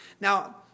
Now